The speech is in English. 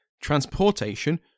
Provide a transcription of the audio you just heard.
transportation